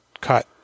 cut